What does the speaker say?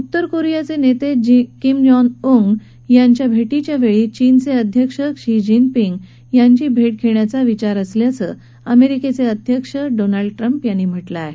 उत्तर कोरियाचे नेते किम जॉग उन यांच्या भेटीच्या वेळी चीनचे अध्यक्ष शी जिनपिंग यांची भेट घेण्याचा विचार असल्याचं अमेरिकेचे अध्यक्ष डोनाल्ड ट्रंप यांनी म्हटलं आहे